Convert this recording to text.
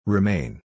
Remain